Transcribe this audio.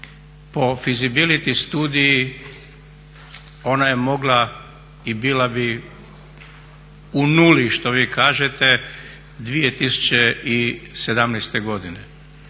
Po fisibility studiji ona je mogla i bila bi u nuli što vi kažete 2017. godine.